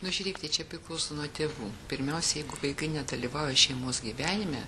nu žiūrėkite čia priklauso nuo tėvų pirmiausia jeigu vaikai nedalyvauja šeimos gyvenime